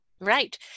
Right